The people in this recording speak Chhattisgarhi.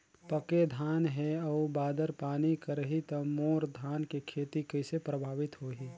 पके धान हे अउ बादर पानी करही त मोर धान के खेती कइसे प्रभावित होही?